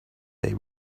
they